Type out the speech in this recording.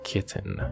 Kitten